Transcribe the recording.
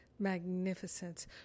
magnificence